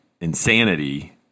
insanity